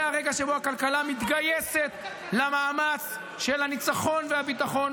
זה הרגע שבו הכלכלה מתגייסת למאמץ של הניצחון והביטחון.